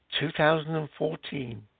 2014